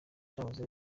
cyahoze